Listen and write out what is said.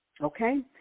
Okay